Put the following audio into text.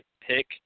pick